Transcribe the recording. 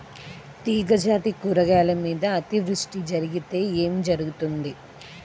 తీగజాతి కూరగాయల మీద అతివృష్టి జరిగితే ఏమి జరుగుతుంది?